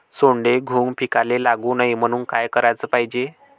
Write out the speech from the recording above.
सोंडे, घुंग पिकाले लागू नये म्हनून का कराच पायजे?